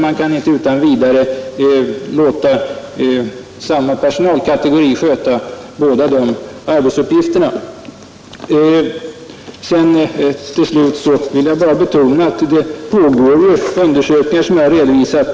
Man kan inte utan vidare låta samma personalkategori sköta båda de arbetsuppgifterna. Till slut vill jag bara betona att det pågår undersökningar, som jag har redovisat.